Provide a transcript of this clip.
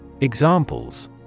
Examples